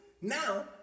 Now